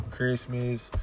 Christmas